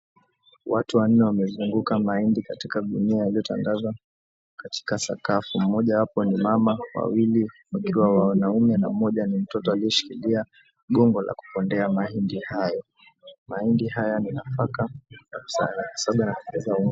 Watu wanne wamezungukwa mahindi katika gunia yaliyotandazwa katika sakafu mmojawapo ni mama wawili wakiwa wanaume na mmoja ni mtoto aliyeshikilia gongo la kupondea mahindi haya. Mahindi haya ni nafaka ya kusaga na kutengeneza unga.